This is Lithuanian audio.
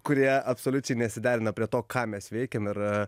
kurie absoliučiai nesiderina prie to ką mes veikiam ir